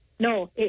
No